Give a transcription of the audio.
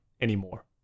anymore